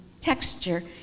texture